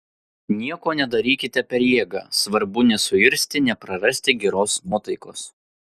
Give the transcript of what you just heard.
nieko nedarykite per jėgą svarbu nesuirzti neprarasti geros nuotaikos